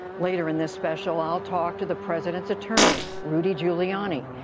later in this special, i will talk to the president's attorney, rudy giuliani,